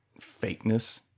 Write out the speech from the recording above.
fakeness